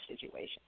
situation